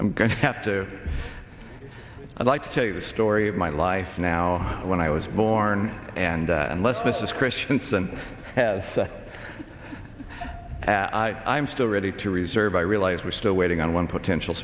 i'm going to have to i'd like to tell you the story of my life now when i was born and unless this is christiansen has said i'm still ready to reserve i realize we're still waiting on one potential